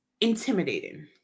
intimidating